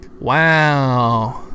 wow